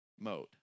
mode